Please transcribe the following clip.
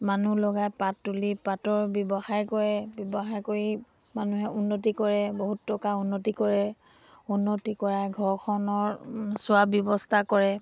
মানুহ লগাই পাত তুলি পাতৰ ব্যৱসায় কৰে ব্যৱসায় কৰি মানুহে উন্নতি কৰে বহুত টকা উন্নতি কৰে উন্নতি কৰা ঘৰখনৰ চোৱা ব্যৱস্থা কৰে